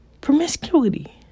Promiscuity